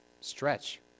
stretch